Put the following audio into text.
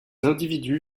individus